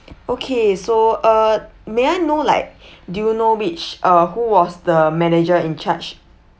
okay so uh may I know like do you know which or who was the manager in charge